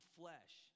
flesh